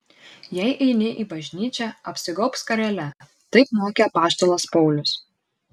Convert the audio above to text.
jei eini į bažnyčią apsigaubk skarele taip mokė apaštalas paulius